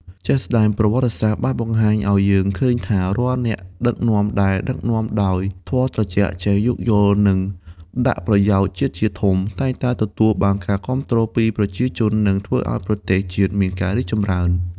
ជាក់ស្ដែង ប្រវត្តិសាស្ត្របានបង្ហាញឱ្យឃើញថា រាល់អ្នកដឹកនាំដែលដឹកនាំដោយធម៌ត្រជាក់ ចេះយោគយល់ និងដាក់ប្រយោជន៍ជាតិជាធំ តែងតែទទួលបានការគាំទ្រពីប្រជាជន និងធ្វើឱ្យប្រទេសជាតិមានការរីកចម្រើន។